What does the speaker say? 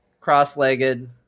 cross-legged